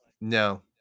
no